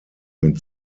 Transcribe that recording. mit